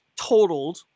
totaled